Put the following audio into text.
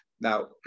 Now